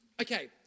Okay